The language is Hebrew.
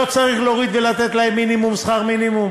לא צריך להוריד ולתת להם מינימום שכר מינימום